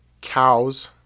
cows